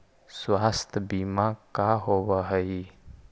स्वास्थ्य बीमा का होव हइ?